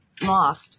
lost